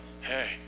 hey